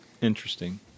Interesting